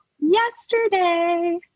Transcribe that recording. yesterday